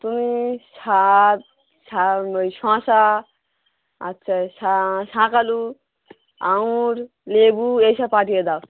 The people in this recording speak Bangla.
তুমি শাক শাক ওই শসা আচ্ছা শাকালু আঙুর লেবু এই সব পাঠিয়ে দাও